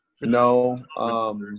No